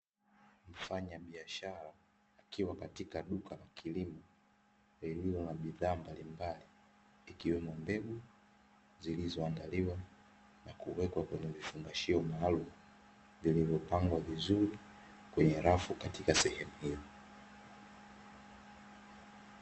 Mfanyabiashara akiwa katika duka la kilimo lililo na bidhaa mbalimali, ikiwemo mbegu zilizoandaliwa na kuwekwa kwenye vifungashio maalumu, vilivyopangwa vizuri kwenye rafu katika sehemu hiyo.